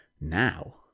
now